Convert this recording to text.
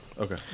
Okay